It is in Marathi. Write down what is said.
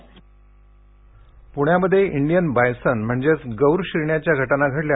प्ण्यामध्ये इंडियन बायसन म्हणजेच गौर शिरण्याच्या घटना घडल्या